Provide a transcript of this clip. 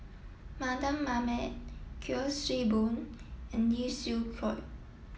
Mardan Mamat Kuik Swee Boon and Lee Siew Choh